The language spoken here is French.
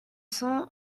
cent